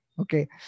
Okay